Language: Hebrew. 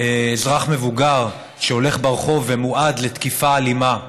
אזרח מבוגר שהולך ברחוב ומועד לתקיפה אלימה,